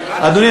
לא יצא לי.